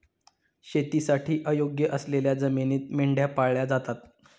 शेतीसाठी अयोग्य असलेल्या जमिनीत मेंढ्या पाळल्या जातात